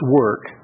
work